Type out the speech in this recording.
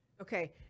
Okay